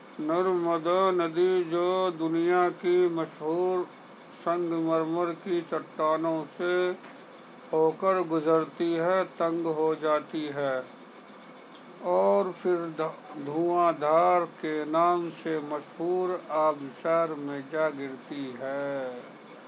نرمدا ندی جو دنیا کی مشہور سنگ مرمر کی چٹانوں سے ہو کر گزرتی ہے تنگ ہو جاتی ہے اور پھر دھواں دھار کے نام سے مشہور آبشار میں جا گرتی ہے